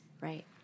Right